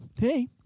Hey